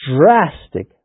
Drastic